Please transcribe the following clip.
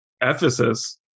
Ephesus